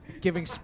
giving